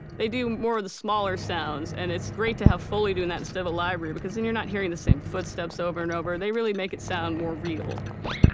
they do more of the smaller sounds, and it's great to have foley doing that instead of a library, because then you're not hearing the same footsteps over and over. they really make it sound more real like and